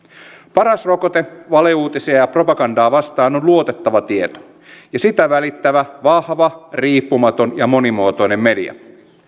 paras rokote valeuutisia ja propagandaa vastaan on luotettava tieto ja sitä välittävä vahva riippumaton ja monimuotoinen media